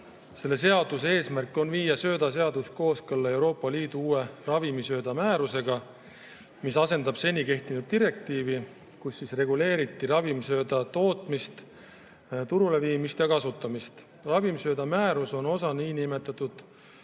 Selle seaduse eesmärk on viia söödaseadus kooskõlla Euroopa Liidu uue ravimsööda määrusega, mis asendab seni kehtinud direktiivi, kus reguleeriti ravimsööda tootmist, turuleviimist ja kasutamist. Ravimsöödamäärus on osa niinimetatud